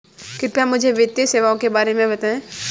कृपया मुझे वित्तीय सेवाओं के बारे में बताएँ?